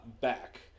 back